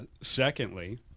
Secondly